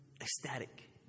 ecstatic